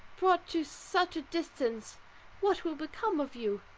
brought to such a distance what will become of you?